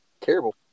terrible